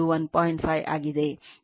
5 ಆಗಿದೆ